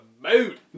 mood